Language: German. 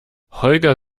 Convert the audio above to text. holger